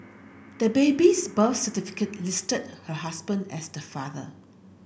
the baby's birth certificate listed her husband as the father